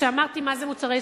שאמרתי מהם מוצרי יסוד.